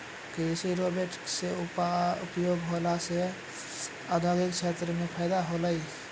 कृषि रोवेट से उपयोग होला से औद्योगिक क्षेत्र मे फैदा होलै